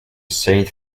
saint